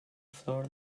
floor